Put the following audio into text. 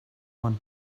one